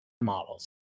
models